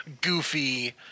goofy